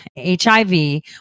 HIV